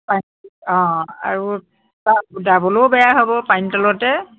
অঁ আৰু দা দাবলৈও বেয়া হ'ব পানী তালতে